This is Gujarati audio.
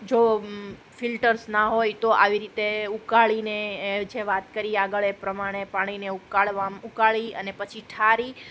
જો ફિલ્ટર્સ ના હોય તો આવી રીતે ઉકાળીને જે વાત કરી આગળ એ પ્રમાણે પાણીને ઉકાળવા ઉકાળી અને પછી ઠારી